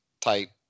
type